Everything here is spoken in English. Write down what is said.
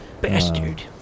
Bastard